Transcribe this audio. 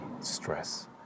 stress